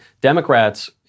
Democrats